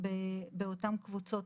באותן קבוצות